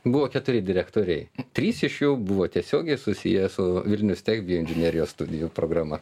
buvo keturi direktoriai trys iš jų buvo tiesiogiai susiję su vilnius tech bioinžinerijos studijų programa